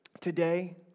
today